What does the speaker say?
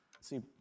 See